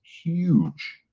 huge